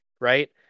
right